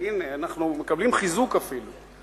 אנחנו מקבלים חיזוק, אפילו.